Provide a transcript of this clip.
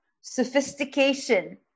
sophistication